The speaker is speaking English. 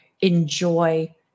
enjoy